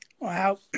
Wow